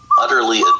utterly